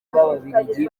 b’ababiligi